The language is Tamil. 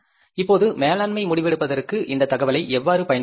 இப்போது மேலாண்மை முடிவெடுப்பதற்கு இந்த தகவலை எவ்வாறு பயன்படுத்துவது